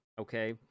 okay